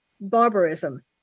Barbarism